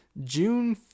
June